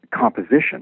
composition